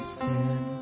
sin